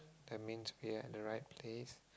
that means we're at the right place